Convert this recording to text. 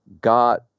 got